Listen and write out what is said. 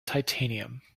titanium